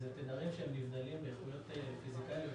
אלה תדרים שנבדלים באיכויות שונות.